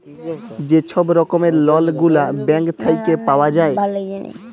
যে ছব রকমের লল গুলা ব্যাংক থ্যাইকে পাউয়া যায়